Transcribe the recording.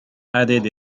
added